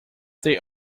they